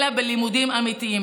אלא בלימודים אמיתיים.